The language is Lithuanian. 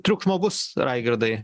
triukšmo bus raigirdai